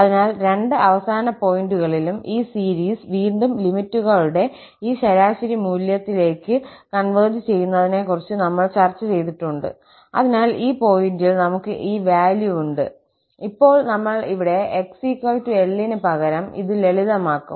അതിനാൽ രണ്ട് അവസാന പോയിന്റുകളിലും ഈ സീരീസ് വീണ്ടും ലിമിറ്റുകളുടെ ഈ ശരാശരി മൂല്യത്തിലേക്ക് കോൺവെർജ് ചെയ്യുന്നതിനെ കുറിച്ച് നമ്മൾ ചർച്ച ചെയ്തിട്ടുണ്ട് അതിനാൽ ഈ പോയിന്റിൽ നമുക്ക് ഈ വാല്യൂ ഉണ്ട് ഇപ്പോൾ നമ്മൾ ഇവിടെ xL ന് പകരം ഇത് ലളിതമാക്കും